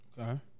Okay